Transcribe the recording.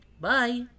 Bye